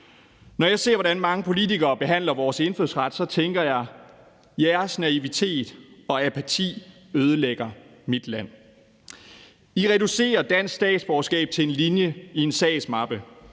Når jeg ser, hvordan mange politikere behandler vores indfødsret, tænker jeg: Jeres naivitet og apati ødelægger mit land. I reducerer dansk statsborgerskab til en linje i en sagsmappe.